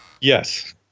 Yes